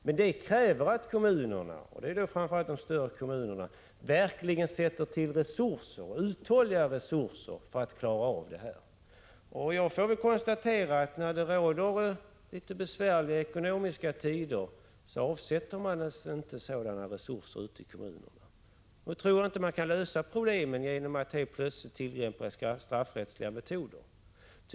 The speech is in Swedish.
Men det kräver att kommunerna — framför allt de större kommunerna — verkligen sätter till uthålliga resurser för att klara detta. Jag får då konstatera, att när det råder litet besvärliga ekonomiska tider avsätter man inte sådana resurser ute i kommunerna. Jag tror inte att man kan lösa problemen genom att helt plötsligt tillämpa straffrättsliga metoder.